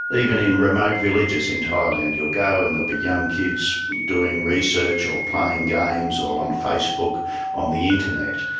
even in remote villages in thailand you'll go and there'll be young kids doing research or playing games or on facebook on the internet.